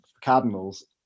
Cardinals